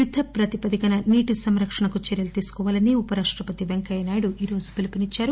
యుద్ద ప్రాతిపదికన నీటి సంరక్షణకు చర్యలు తీసుకోవాలని ఉప రాష్టపతి పెంకయ్యనాయుడు ఈరోజు పిలుపునిచ్చారు